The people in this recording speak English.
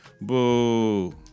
Boo